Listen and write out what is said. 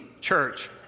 church